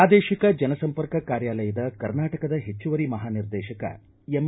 ಪ್ರಾದೇಶಿಕ ಜನಸಂಪರ್ಕ ಕಾರ್ಯಾಲಯದ ಕರ್ನಾಟಕದ ಹೆಚ್ಚುವರಿ ಮಹಾನಿದೇರ್ಶಕ ಎಂ